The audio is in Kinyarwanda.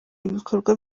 ibikorwa